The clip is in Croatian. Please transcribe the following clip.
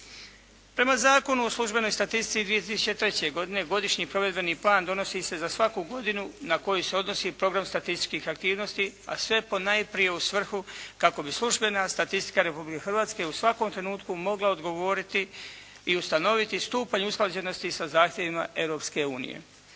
Prema Zakonu o službenoj statistici 2003. godine Godišnji provedbeni plan donosi se za svaku godinu na koju se odnosi Program statističkih aktivnosti, a sve ponajprije u svrhu kako bi službena statistika Republike Hrvatske u svakom trenutku mogla odgovoriti i ustanoviti stupanj usklađenosti sa zahtjevima Europske unije.